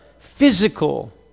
physical